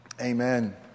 Amen